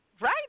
Right